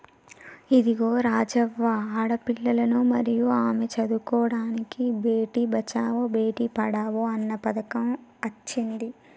ఇదిగో రాజవ్వ ఆడపిల్లలను మరియు ఆమె చదువుకోడానికి బేటి బచావో బేటి పడావో అన్న పథకం అచ్చింది